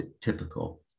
typical